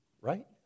right